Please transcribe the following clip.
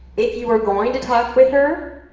if you were going to talk with her,